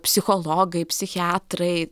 psichologai psichiatrai